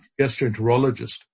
gastroenterologist